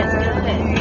good